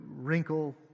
wrinkle